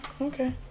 okay